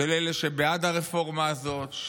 של אלה שבעד הרפורמה הזאת,